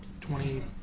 Twenty